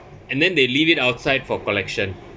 and then they leave it outside for collection